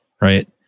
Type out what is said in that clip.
right